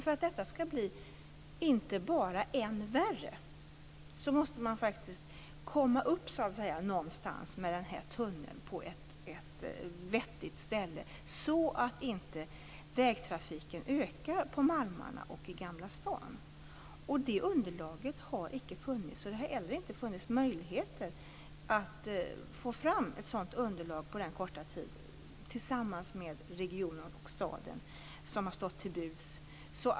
För att det hela inte skall bli än värre måste tunneln komma upp någonstans på ett vettigt ställe, så att inte vägtrafiken ökar på malmarna och i Gamla stan. Det underlaget har icke funnits. Det har inte heller funnits möjligheter att tillsammans med regionen och staden få fram ett sådant underlag på den korta tid som har stått till buds.